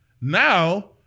Now